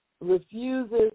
refuses